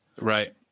Right